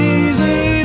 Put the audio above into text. easy